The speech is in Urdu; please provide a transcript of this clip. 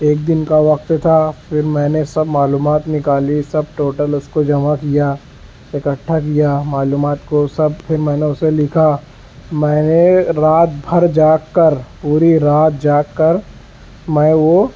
ایک دن کا وقت تھا پھر میں نے سب معلومات نکالی سب ٹوٹل اس کو جمع کیا اکٹھا کیا معلومات کو سب پھر میں نے اسے لکھا میں نے رات بھر جاگ کر پوری رات جاگ کر میں وہ